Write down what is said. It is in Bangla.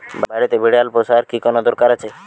বাড়িতে বিড়াল পোষার কি কোন দরকার আছে?